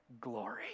glory